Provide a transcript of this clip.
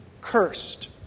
cursed